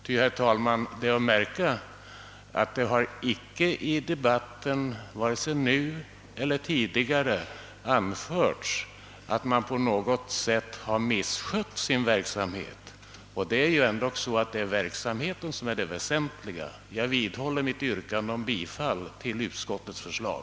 Det är nämligen att märka, herr talman, att det i debatten icke vare sig nu eller tidigare har anförts att styrelsen på något sätt har misskött sin verksamhet, och själva verksamheten är ändå det väsentliga. Jag vidhåller mitt yrkande om bifall till utskottets hemställan.